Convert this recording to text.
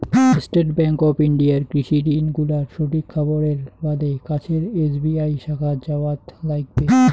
state bank of ইন্ডিয়ার কৃষি ঋণ গুলার সঠিক খবরের বাদে কাছের এস.বি.আই শাখাত যাওয়াৎ লাইগবে